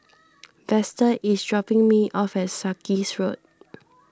Vester is dropping me off at Sarkies Road